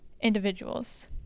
individuals